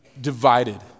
divided